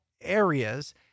areas